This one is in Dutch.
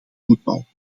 voetbal